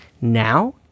now